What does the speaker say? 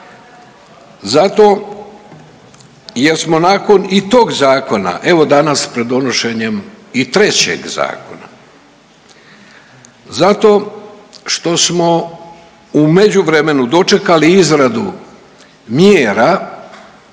Zato jer smo nakon i tog zakona evo danas pred donošenjem i trećeg zakona. Zato što smo u međuvremenu dočekali izradu mjera